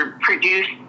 produced